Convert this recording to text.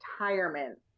retirement